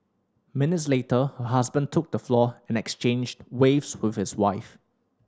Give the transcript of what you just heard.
minutes later her husband took the floor and exchanged waves with his wife